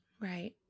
Right